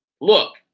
Look